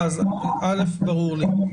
א' ברור לי.